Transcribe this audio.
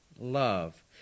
love